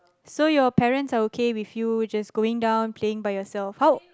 so your parents are okay with you just going down playing by yourself how